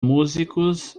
músicos